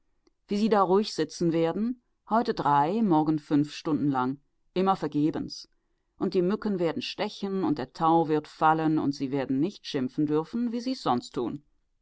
wie sie da ruhig sitzen werden heute drei morgen fünf stunden lang immer vergebens und die mücken werden stechen und der tau wird fallen und sie werden nicht schimpfen dürfen wie sie es sonst tun